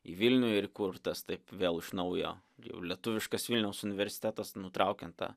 į vilnių ir kurtas taip vėl iš naujo jau lietuviškas vilniaus universitetas nutraukiant tą